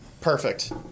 Perfect